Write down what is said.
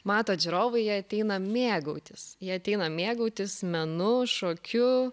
matot žiūrovai jie ateina mėgautis jie ateina mėgautis menu šokiu